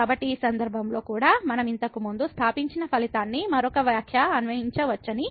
కాబట్టి ఈ సందర్భంలో కూడా మనం ఇంతకుముందు స్థాపించిన ఫలితాన్ని మరొక వ్యాఖ్య అన్వయించవచ్చని